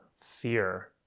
fear